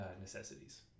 necessities